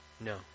No